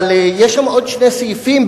אבל יש עוד שני סעיפים שם,